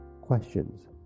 Questions